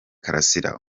karasira